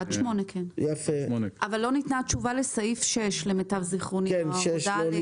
עד סעיף 8. למיטב זיכרוני לא ניתנה תשובה לסעיף 6. נכון.